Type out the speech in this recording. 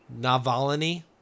Navalny